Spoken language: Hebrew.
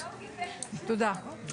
תודה.